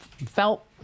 Felt